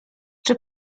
czy